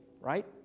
right